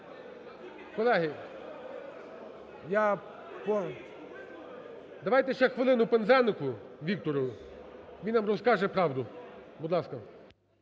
Колеги, я… Давайте ще хвилину Пинзенику Віктору, він нам розкаже правду. Будь ласка.